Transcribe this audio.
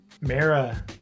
Mara